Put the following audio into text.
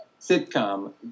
sitcom